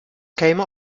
käme